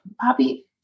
Poppy